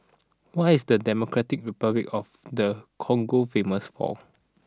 what is Democratic Republic of the Congo famous for